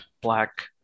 Black